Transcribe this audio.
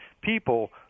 people